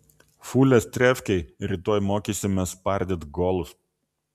fulės trefkėj rytoj mokysimės spardyt golus